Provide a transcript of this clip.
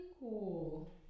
cool